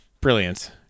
brilliant